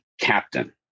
captain